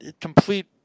Complete